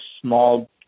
small